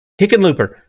Hickenlooper